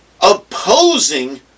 opposing